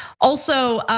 also,